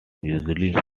usually